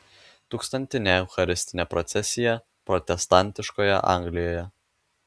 tūkstantinė eucharistinė procesija protestantiškoje anglijoje